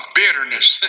bitterness